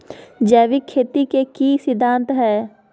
जैविक खेती के की सिद्धांत हैय?